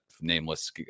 Nameless